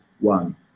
one